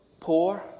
poor